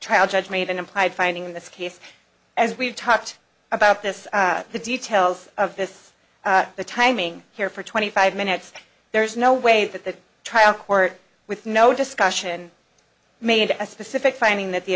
trial judge made an implied finding in this case as we've talked about this the details of this the timing here for twenty five minutes there is no way that the trial court with no discussion made a specific finding that the